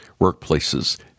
workplaces